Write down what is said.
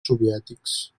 soviètics